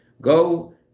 Go